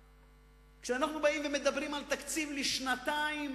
כשאנחנו באים ומדברים על תקציב לשנתיים